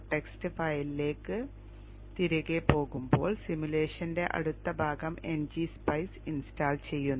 txt ഫയലിലേക്ക് തിരികെ പോകുമ്പോൾ സിമുലേഷന്റെ അടുത്ത ഭാഗം ngSpice ഇൻസ്റ്റാൾ ചെയ്യുന്നു